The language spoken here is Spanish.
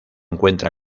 cuenta